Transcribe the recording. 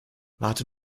warte